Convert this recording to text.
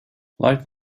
like